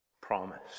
promise